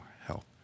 health